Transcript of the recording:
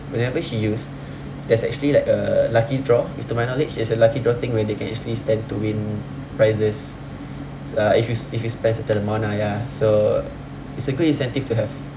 whenever she use there's actually like a lucky draw if to my knowledge it's a lucky draw thing where they can actually stand to win prizes uh if you if you spend certain amount ah ya so it's a good incentive to have